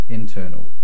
internal